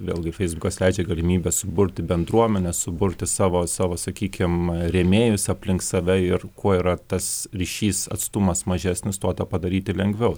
vėlgi feisbukas leidžia galimybę suburti bendruomenę suburti savo savo sakykim rėmėjus aplink save ir kuo yra tas ryšys atstumas mažesnis tuo tą padaryti lengviau